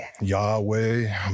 Yahweh